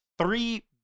three